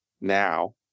now